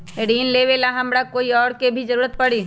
ऋन लेबेला हमरा कोई और के भी जरूरत परी?